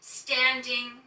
standing